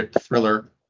thriller